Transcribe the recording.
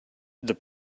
the